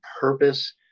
purpose